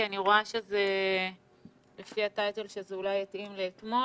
כי לפי הטייטל זה אולי התאים לדיון שהתקיים אתמול.